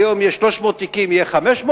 כמו היום,